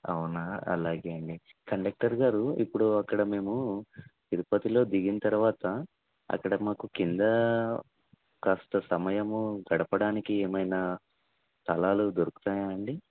అవునా అలాగే అండి కండక్టర్ గారు ఇప్పుడు అక్కడ మేము తిరుపతిలో దిగిన తరువాత అక్కడ మాకు క్రింద కాస్త సమయము గడపడానికి ఏమైనా తాళాలు దొరుకుతాయా అండి